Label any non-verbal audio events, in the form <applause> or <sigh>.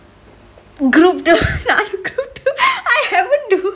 group two <laughs> I'm group two I haven't do